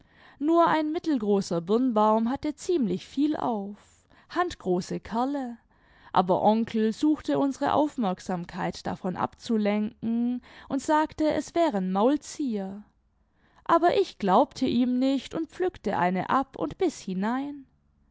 nur ein mittelgroßer birnbaum hatte ziemlich viel auf handgroße kerle aber onkel suchte unsere aufmerksamkeit davon abzulenken und sagte es wären maulzieher aber ich glaubte ihm nicht und pflückte eine ab und biß hinein